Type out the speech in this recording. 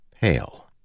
pale